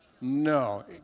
No